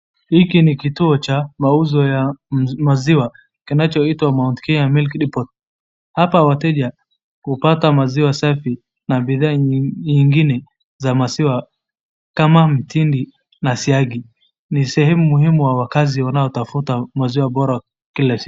Hiki ni kituo cha mauzo ya maziwa, kinachoitwa Mount Kenya Milk Depot hapa hoteli ya kupata maziwa safi na bidhaa nyingine za maziwa kama mtindi, na siagi, ni sehemu muhimu ya wakazi wanaotafuta maziwa bora kila siku.